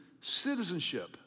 citizenship